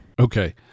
Okay